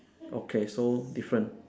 okay so different